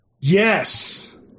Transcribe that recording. Yes